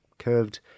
curved